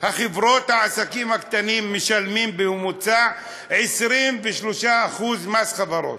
החברות והעסקים הקטנים משלמים בממוצע 23% מס חברות,